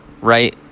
right